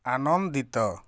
ଆନନ୍ଦିତ